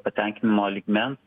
patenkinamo lygmens